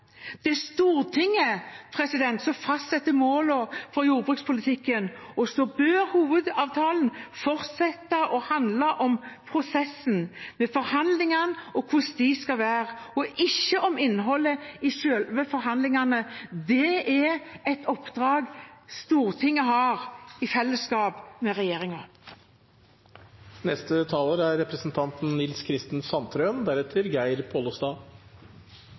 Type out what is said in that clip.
fastsetter målene for jordbrukspolitikken, og hovedavtalen bør fortsette å handle om prosessen for hvordan forhandlingene skal være, ikke om innholdet i selve forhandlingene. Det er et oppdrag Stortinget har i fellesskap med